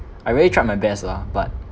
I already tried my best lah but